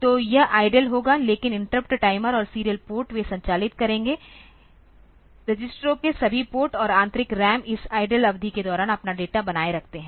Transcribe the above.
तो यह आईडील होगा लेकिन इंटरप्ट टाइमर और सीरियल पोर्ट वे संचालित करेंगे रजिस्टरों के सभी पोर्ट और आंतरिक रैम इस आईडील अवधि के दौरान अपना डेटा बनाए रखते हैं